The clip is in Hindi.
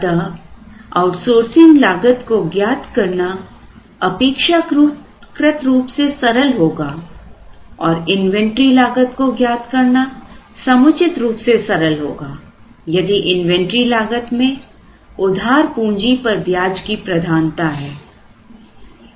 अतः आउटसोर्सिंग लागत को ज्ञात करना अपेक्षाकृत रूप से सरल होगा और इन्वेंटरी लागत को ज्ञात करना समुचित रूप से सरल होगा यदि इन्वेंटरी लागत में उधार पूंजी पर ब्याज की प्रधानता है